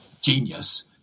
genius